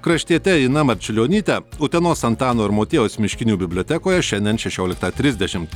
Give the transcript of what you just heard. kraštiete ina marčiulionyte utenos antano ir motiejaus miškinių bibliotekoje šiandien šešioliktą trisdešimt